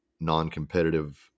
non-competitive